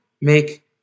make